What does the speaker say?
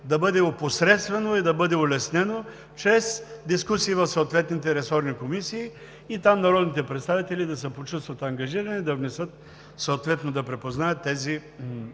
да бъде опосредствено и да бъде улеснено чрез дискусии в съответните ресорни комисии и там народните представители да се почувстват ангажирани да внесат, съответно да припознаят тези